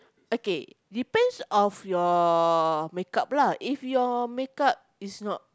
okay depends of your makeup lah if your makeup is not